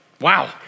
Wow